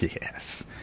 Yes